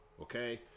okay